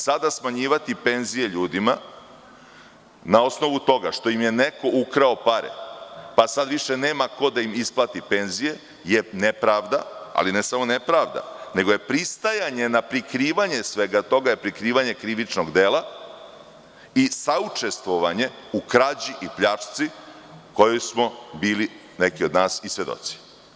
Sada smanjivati penzije ljudima na osnovu toga što im je neko ukrao pare, pa sad više nema ko da isplati penzije, je nepravda, ali ne samo nepravda, nego je pristajanje na prikrivanje svega toga je prikrivanje krivičnog dela i saučestvovanje u krađi i pljačci kojoj smo bili neki od nas i svedoci.